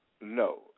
No